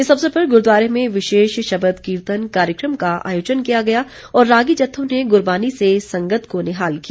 इस अवसर पर गुरूद्वारे में विशेष शबद कीर्तन कार्यक्रम का आयोजन किया गया और रागी जत्थों ने गुरबाणी से संगत को निहाल किया